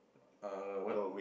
ah what